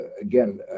again